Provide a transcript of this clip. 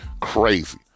crazy